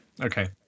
okay